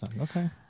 Okay